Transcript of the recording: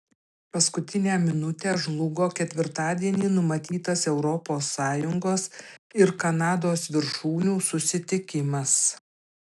paskutinę minutę žlugo ketvirtadienį numatytas europos sąjungos ir kanados viršūnių susitikimas